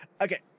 Okay